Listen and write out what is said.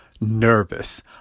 nervous